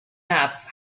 maps